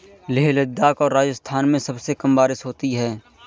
लेह लद्दाख और राजस्थान में सबसे कम बारिश होती है